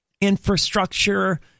infrastructure